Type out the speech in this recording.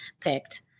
picked